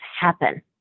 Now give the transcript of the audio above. happen